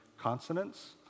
consonants